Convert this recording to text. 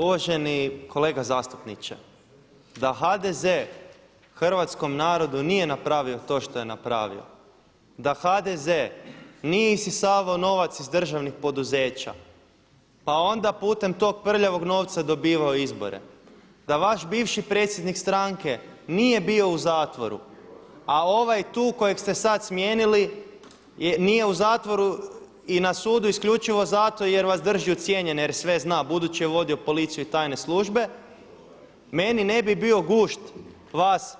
Uvaženi kolega zastupniče, da HDZ hrvatskom narodu nije napravio to što je napravio, da HDZ nije isisavao novac iz državnih poduzeća, pa onda putem tog prljavog novca dobivao izbore, da vaš bivši predsjednik stranke nije bio u zatvoru, a ovaj tu kojeg ste sad smijenili nije u zatvoru i na sudu isključivo zato jer vas drži ucijenjene jer sve zna budući je vodio policiju i tajne službe meni ne bi bio gušt vas